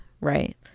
right